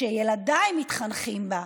שילדיי מתחנכים בה,